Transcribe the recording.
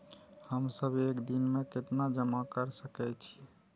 हम सब एक दिन में केतना जमा कर सके छी?